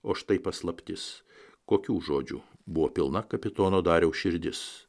o štai paslaptis kokių žodžių buvo pilna kapitono dariaus širdis